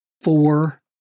four